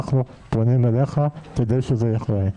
אנחנו פונים אליך כדי שזה יקרה.